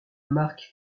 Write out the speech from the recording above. marc